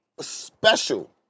special